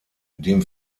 dem